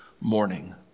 morning